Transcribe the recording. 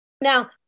now